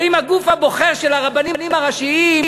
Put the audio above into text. האם הגוף הבוחר של הרבנים הראשיים,